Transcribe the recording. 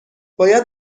باید